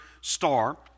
star